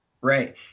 Right